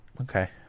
Okay